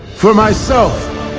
for myself,